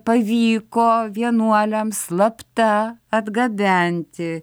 pavyko vienuoliams slapta atgabenti